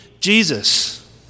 Jesus